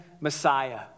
Messiah